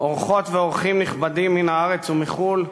אורחות ואורחים נכבדים מהארץ ומחו"ל,